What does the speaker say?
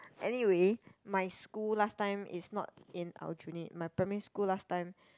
anyway my school last time is not in Aljunied my primary school last time